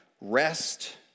rest